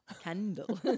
Candle